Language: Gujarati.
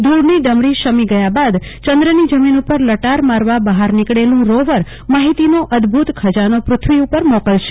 ધળની શમી ગયા બાદ ચદ્રની જમીન ઉપર લટાર મારવા બહાર નીકળેલું રોવર માહિતીનો અદભૂત ખજાનો પથ્વી ઉ પર મોકલાશે